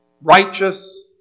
righteous